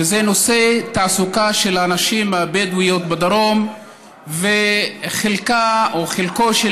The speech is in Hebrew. וזה נושא התעסוקה של הנשים הבדואיות בדרום וחלקו של